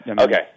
Okay